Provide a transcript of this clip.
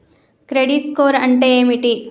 Credit score అంటే ఏమిటి?